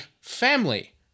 family